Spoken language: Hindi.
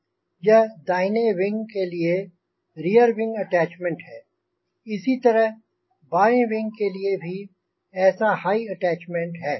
यह दाहिने विंग के लिए रियर विंग अटैच्मेंट है इसी तरह बाएँ विंग के लिए भी ऐसा हाई अटैच्मेंट है